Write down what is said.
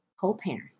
co-parent